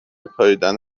پائیدن